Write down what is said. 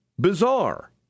bizarre